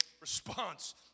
response